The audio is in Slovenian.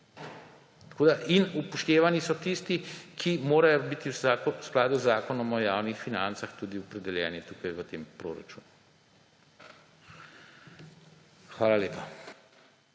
Upoštevani so tisti, ki morajo biti v skladu z zakonom o javnih financah tudi opredeljeni tukaj v tem proračunu. Hvala lepa.